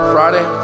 Friday